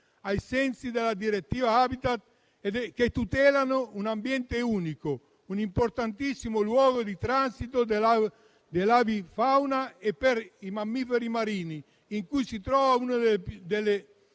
ai sensi della direttiva Habitat, che tutelano un ambiente unico, un importantissimo luogo di transito dell'avifauna e per i mammiferi marini, in cui si trova una delle